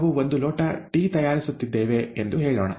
ನಾವು ಒಂದು ಲೋಟ ಟೀ ತಯಾರಿಸುತ್ತಿದ್ದೇವೆ ಎಂದು ಹೇಳೋಣ